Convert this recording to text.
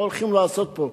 מה הולכים לעשות פה.